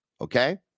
okay